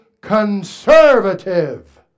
conservative